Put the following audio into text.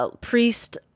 priest